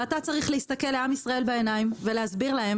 אתה צריך להסתכל לעם ישראל בעיניים ולהסביר להם